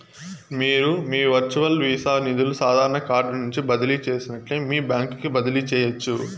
మీరు మీ virtual Visa నిదులు సాదారన కార్డు నుంచి బదిలీ చేసినట్లే మీ బాంక్ కి బదిలీ చేయచ్చు